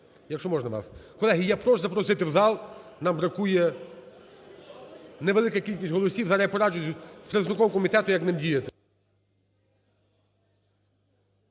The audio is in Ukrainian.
якщо можна вас. Колеги, я прошу запросити в зал, нам бракує невелика кількість голосів. Зараз я пораджусь з представником комітету, як нам діяти.